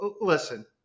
listen